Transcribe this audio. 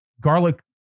garlic